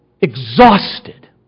exhausted